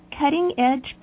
cutting-edge